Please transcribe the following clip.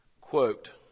Quote